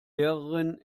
lehrerin